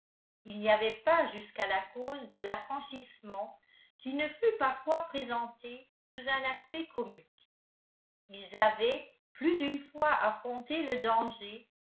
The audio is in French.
il n'y avait pas jusqu'à la cause de l'affranchissement qui ne fût parfois présentée sous un aspect comique ils avaient plus d'une fois affronté le danger